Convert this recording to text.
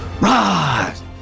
rise